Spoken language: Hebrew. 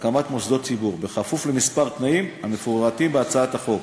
והקמת מוסדות ציבור בכפוף לכמה תנאים המפורטים בהצעת החוק.